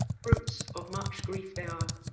fruits of much griefe they are,